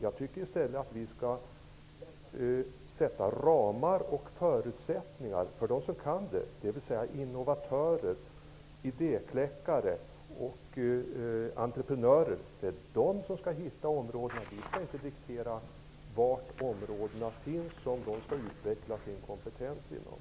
Jag tycker i stället att vi skall sätta upp ramar och förutsättningar för dem som kan det, dvs. innovatörer, idékläckare och entreprenörer. Det är de som skall hitta områdena. Vi skall inte diktera var de områdena finns som de skall utveckla sin kompetens inom.